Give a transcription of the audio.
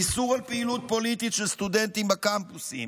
איסור פעילות פוליטית של סטודנטים בקמפוסים,